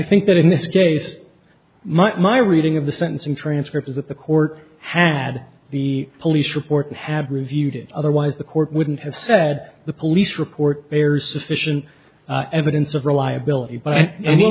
think that in this case not my reading of the sentencing transcript is that the court had the police report and have reviewed it otherwise the court wouldn't have said the police report very sufficient evidence of reliability an